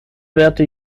währte